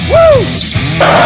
Woo